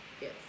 Yes